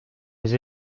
les